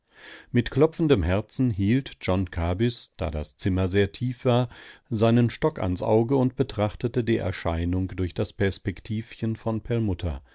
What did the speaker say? mit klopfendem herzen hielt john kabys da das zimmer sehr tief war seinen stock ans auge und betrachtete die erscheinung durch das perspektivchen von perlmutter